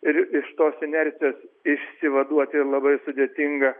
ir iš tos inercijos išsivaduoti labai sudėtinga